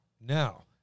Now